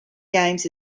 games